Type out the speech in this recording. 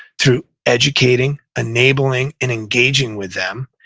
through educating, enabling, and engaging with them,